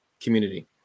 community